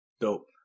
Dope